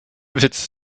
witz